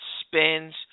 spins